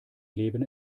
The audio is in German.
leben